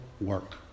work